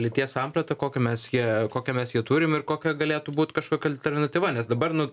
lyties sampratą kokią mes ją kokią mes ją turim ir kokia galėtų būt kažkokia alternatyva nes dabar nu